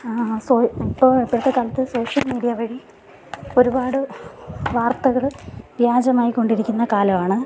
ഇപ്പം ഇപ്പോഴത്തെ കാലത്ത് സോഷ്യൽ മീഡിയ വഴി ഒരുപാട് വാർത്തകൾ വ്യാജമായിക്കൊണ്ടിരിക്കുന്ന കാലമാണ്